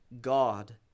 God